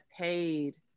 paid